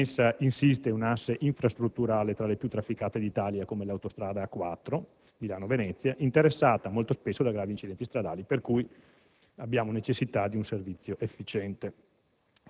in essa insiste un'asse infrastrutturale, tra le più trafficate d'Italia, come l'autostrada A4 Milano-Venezia, interessata molto spesso da gravi incidenti stradali, per questo necessita di un servizio efficiente.